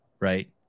right